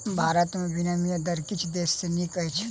भारत में विनिमय दर किछ देश सॅ नीक अछि